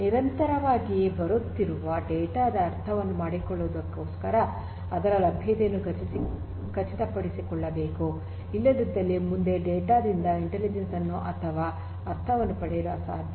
ನಿರಂತರವಾಗಿ ಬರುತ್ತಿರುವ ಡೇಟಾ ದ ಅರ್ಥವನ್ನು ಮಾಡಿಕೊಳ್ಳುವುದಕ್ಕೋಸ್ಕರ ಅದರ ಲಭ್ಯತೆಯನ್ನು ಖಚಿತಪಡಿಸಿಕೊಳ್ಳಬೇಕು ಇಲ್ಲದಿದ್ದಲ್ಲಿ ಮುಂದೆ ಡೇಟಾ ದಿಂದ ಇಂಟೆಲಿಜೆನ್ಸ್ ಅನ್ನು ಅಥವಾ ಅರ್ಥವನ್ನು ಪಡೆಯಲು ಅಸಾಧ್ಯ